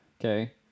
okay